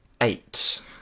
Eight